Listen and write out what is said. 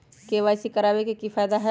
KYC करवाबे के कि फायदा है?